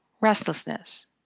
Restlessness